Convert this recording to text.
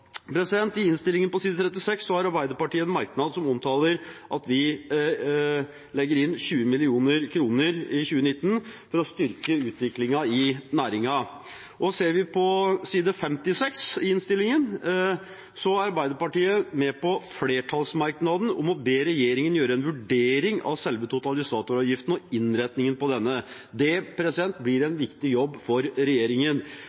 sådan. I innstillingen på side 36 har Arbeiderpartiet en merknad som omtaler at vi i 2019 legger inn 20 mill. kr for å styrke utviklingen i næringen. Og ser vi på side 56 i innstillingen, er Arbeiderpartiet med på flertallsmerknaden om å be regjeringen gjøre en vurdering av selve totalisatoravgiften og innretningen på denne. Det blir en viktig jobb for regjeringen,